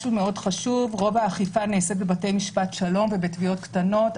רוב האכיפה נעשית בבתי משפט שלום ובתביעות קטנות.